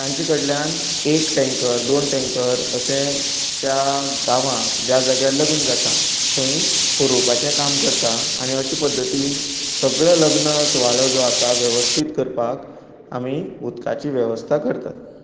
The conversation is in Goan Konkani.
तांचे कडल्यान एक टेंकर दोन टेंकर अशें त्या गांवांक ज्या जाग्यार लग्न जाता थंय पुरोवपाचें काम करतात आनी अशें पद्दतीन सगलें लग्न सुवाळो जो आसा वेवस्थीत करपाक आमी उदकाची वेवस्था करतात